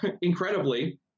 incredibly